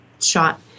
shot